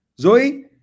Zoe